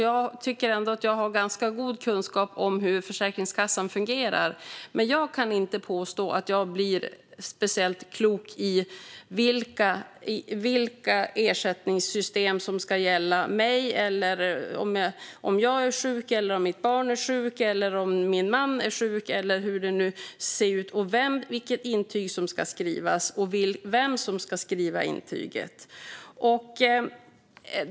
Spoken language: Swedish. Jag tycker att jag har ganska god kunskap om hur Försäkringskassan fungerar, men jag kan inte påstå att jag blir speciellt klok när det gäller vilka ersättningssystem som ska gälla om jag är sjuk, om mitt barn är sjuk, om min man är sjuk eller hur det nu ser ut och vilket intyg som ska skrivas och vem som ska göra det.